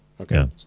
Okay